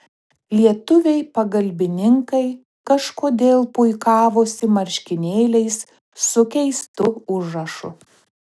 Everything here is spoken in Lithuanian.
lietuviai pagalbininkai kažkodėl puikavosi marškinėliais su keistu užrašu